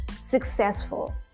successful